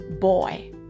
boy